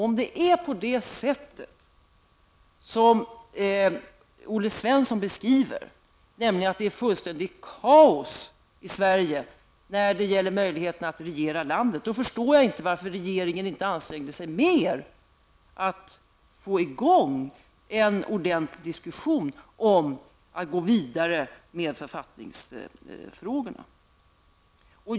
Om det är så som Olle Svensson beskriver situationen, nämligen att det är fullständigt kaos i Sverige vad gäller möjligheterna att regera landet, då förstår jag inte varför inte regeringen har ansträngt sig mer för att få till stånd en ordentlig diskussion om det fortsatta arbetet med författningsfrågorna.